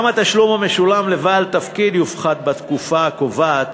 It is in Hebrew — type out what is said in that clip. גם התשלום המשולם לבעל תפקיד יופחת בתקופה הקובעת